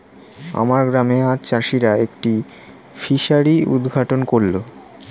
আমার গ্রামে আজ চাষিরা একটি ফিসারি উদ্ঘাটন করল